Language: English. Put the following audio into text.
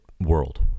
world